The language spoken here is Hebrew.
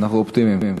אנחנו אופטימיים.